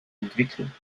entwicklung